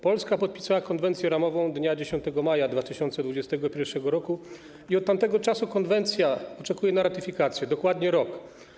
Polska podpisała konwencję ramową dnia 10 maja 2021 r. i od tamtego czasu konwencja oczekuje na ratyfikację, dokładnie rok.